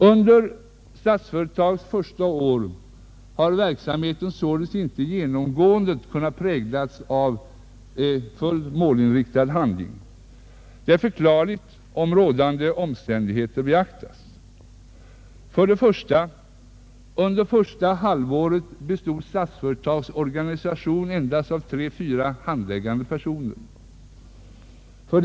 Under Statsföretags första år har verksamheten således inte genomgående kunnat präglas av fullt målinriktad handling. Det är förklarligt om rådande omständigheter beaktas: 1. Under första halvåret bestod Statsföretags organisation av endast tre fyra handläggande personer. 2.